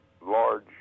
large